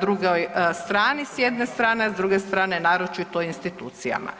drugoj strani s jedne strane, a s druge strane naročito institucijama.